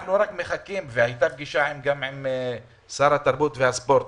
הייתה פגישה עם שר התרבות והספורט,